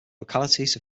localities